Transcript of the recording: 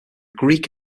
greek